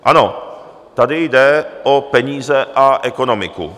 Ano, tady jde o peníze a ekonomiku.